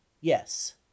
yes